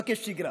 לא כשגרה.